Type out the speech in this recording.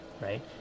right